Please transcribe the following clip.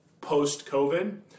post-COVID